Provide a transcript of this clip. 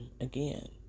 again